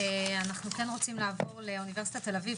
אנחנו רוצים לעבור לאוניברסיטת תל אביב,